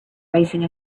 raising